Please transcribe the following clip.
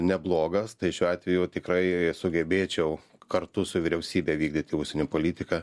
neblogas tai šiuo atveju tikrai sugebėčiau kartu su vyriausybe vykdyti užsienio politiką